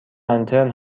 انترن